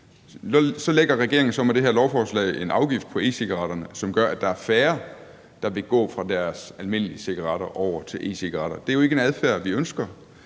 Så lægger regeringen så med det her lovforslag en afgift på e-cigaretterne, som gør, at der er færre, der vil gå fra deres almindelige cigaretter over til e-cigaretter. Det er jo ikke en adfærd, vi ønsker.